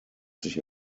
sich